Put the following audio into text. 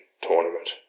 tournament